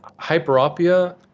hyperopia